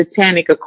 satanic